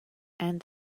and